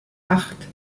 acht